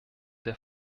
der